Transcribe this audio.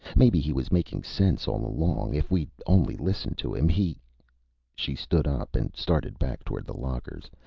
maybe he was making sense all along, if we'd only listened to him. he she stood up and started back toward the lockers,